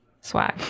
Swag